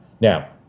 now